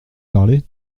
parlé